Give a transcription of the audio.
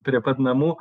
prie pat namų